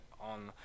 on